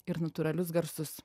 ir natūralius garsus